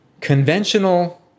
conventional